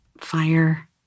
fire